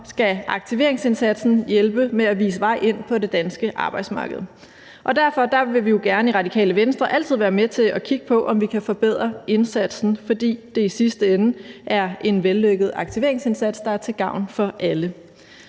skal aktiveringsindsatsen hjælpe med at vise vej ind på det danske arbejdsmarked. Derfor vil vi gerne i Radikale Venstre altid være med til at kigge på, om vi kan forbedre indsatsen, fordi det i sidste ende er en vellykket aktiveringsindsats, der er til gavn for alle.